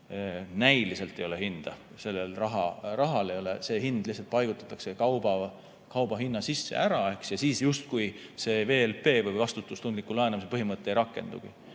näiliselt ei ole hinda sellel rahal. See hind lihtsalt paigutatakse kauba hinna sisse ära ja siis justkui see VLP või vastutustundliku laenamise põhimõte ei rakendugi.